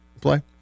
play